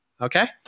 Okay